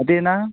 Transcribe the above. आतां येना